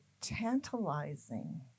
tantalizing